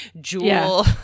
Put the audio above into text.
jewel